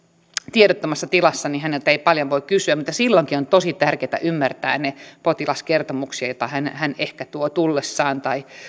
tiedottomassa tilassa ei häneltä paljon voi kysyä mutta silloinkin on tosi tärkeää ymmärtää niitä potilaskertomuksia joita hän hän ehkä tuo tullessaan tai joita